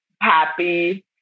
happy